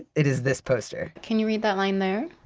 it is this poster can you read that line there?